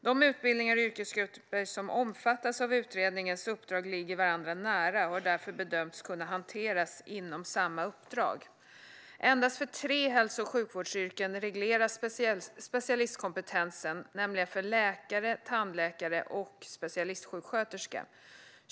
De utbildningar och yrkesgrupper som omfattas av utredningens uppdrag ligger varandra nära och har därför bedömts kunna hanteras inom samma uppdrag. Endast för tre hälso och sjukvårdsyrken regleras specialistkompetensen, nämligen för läkare, tandläkare och specialistsjuksköterska.